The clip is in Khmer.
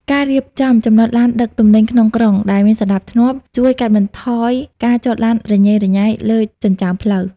ការរៀបចំ "ចំណតឡានដឹកទំនិញក្នុងក្រុង" ដែលមានសណ្ដាប់ធ្នាប់ ជួយកាត់បន្ថយការចតឡានរញ៉េរញ៉ៃលើចិញ្ចើមផ្លូវ។